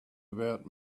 about